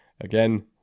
again